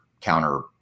counter